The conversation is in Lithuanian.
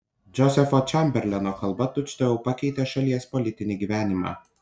džozefo čemberleno kalba tučtuojau pakeitė šalies politinį gyvenimą